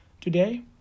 today